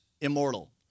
Immortal